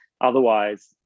Otherwise